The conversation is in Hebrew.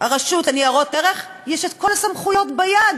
רשות ניירות ערך יש כל הסמכויות ביד